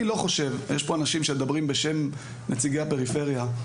יש פה אנשים שמדברים בשם נציגי הפריפריה.